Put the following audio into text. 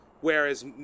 whereas